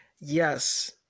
yes